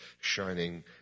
shining